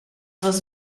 was